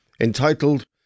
entitled